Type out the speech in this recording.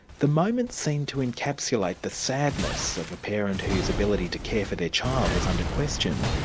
the moment seemed to encapsulate the sadness of a parent whose ability to care for their child was under question,